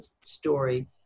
story